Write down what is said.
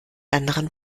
anderen